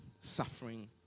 suffering